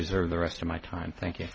reserve the rest of my time thank you